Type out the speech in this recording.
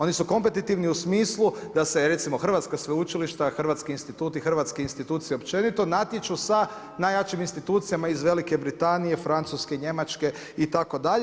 Oni su kompetitivni u smislu da se recimo hrvatska sveučilišta, hrvatski instituti, hrvatske institucije općenito natječu sa najjačim institucijama iz Velike Britanije, Francuske, Njemačke itd.